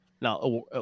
Now